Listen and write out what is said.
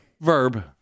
Verb